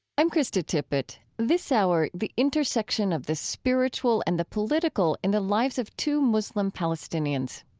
i'm krista tippett. this hour, the intersection of the spiritual and the political in the lives of two muslim palestinians.